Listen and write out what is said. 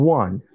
one